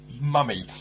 mummy